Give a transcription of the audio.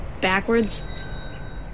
backwards